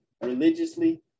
religiously